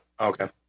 Okay